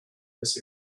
this